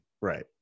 right